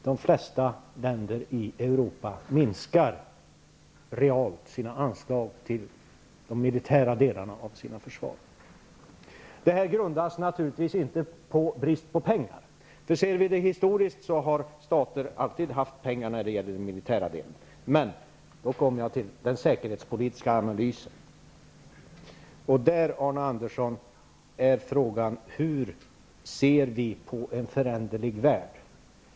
De flesta länder i Europa minskar realt sina anslag till de militära delarna av sina försvar. Detta grundas naturligtvis inte på brist på pengar. Om vi ser det historiskt har stater alltid haft pengar när det gäller den militära delen. Nu kommer jag till den säkerhetspolitiska analysen. Där är frågan, Arne Andersson, hur vi ser på en föränderlig värld.